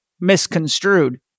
misconstrued